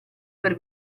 per